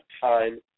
time